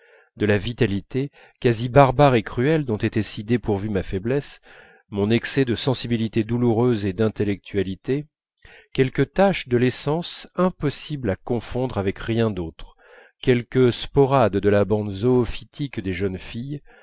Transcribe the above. de la vitalité quasi barbare et cruelle dont étaient si dépourvus ma faiblesse mon excès de sensibilité douloureuse et d'intellectualité quelques taches de l'essence impossible à confondre avec rien d'autre quelques sporades de la bande zoophytique des jeunes filles